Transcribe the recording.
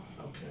Okay